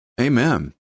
Amen